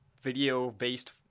video-based